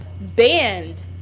banned